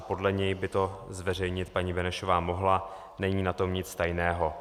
Podle něj by to zveřejnit paní Benešová mohla, není na tom nic tajného.